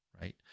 right